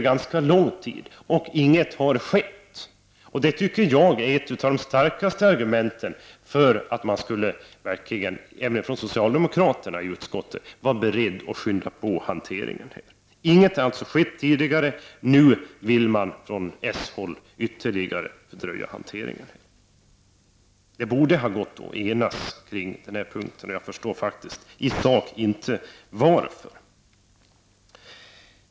Ingenting har skett, och detta är enligt min mening ett av de starkaste argumenten till att även socialdemokraterna i utskottet borde vara beredda att skynda på hanteringen av frågan. Ingenting har skett tidigare, och nu vill man från socialdemokratiskt håll ytterligare fördröja hanteringen. Det borde ha gått att enas på den här punkten. Jag förstår faktiskt inte varför så inte skett.